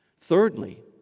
Thirdly